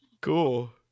cool